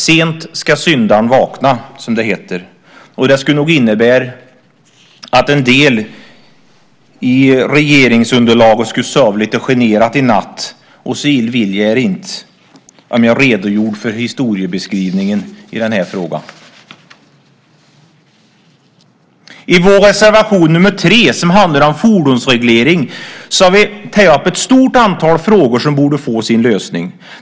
Sent ska syndaren vakna, som det heter. Om jag redogjorde för historieskrivningen i den här frågan skulle nog en del i regeringsunderlaget sova lite generat i natt, och så illa vill jag er inte. Fru talman! I vår reservation nr 3, som handlar om fordonsreglering, har vi tagit upp ett stort antal frågor som borde få sin lösning.